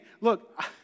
look